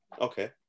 Okay